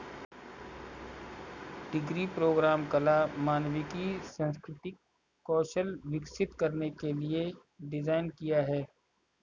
degree program कला, मानविकी, सांस्कृतिक कौशल विकसित करने के लिए डिज़ाइन किया है